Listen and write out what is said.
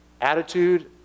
attitude